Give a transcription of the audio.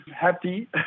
happy